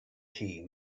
tea